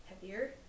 heavier